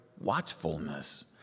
watchfulness